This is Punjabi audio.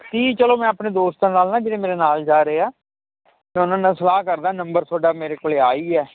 ਤੀਹ ਚੱਲੋ ਮੈਂ ਆਪਣੇ ਨਾਲ ਨਾ ਜਿਹੜੇ ਦੋਸਤਾਂ ਨਾਲ ਮੇਰੇ ਨਾਲ ਜਾ ਰਹੇ ਐ ਮੈਂ ਉਨ੍ਹਾਂ ਨਾਲ ਸਲਾਹ ਕਰਦਾ ਨੰਬਰ ਥੋਡਾ ਮੇਰੇ ਕੋਲ ਆ ਈ ਗਿਆ